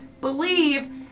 believe